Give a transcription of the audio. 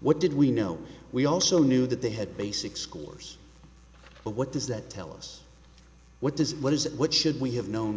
what did we know we also knew that they had basic scores but what does that tell us what does what is what should we have known